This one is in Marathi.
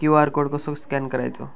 क्यू.आर कोड कसो स्कॅन करायचो?